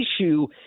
issue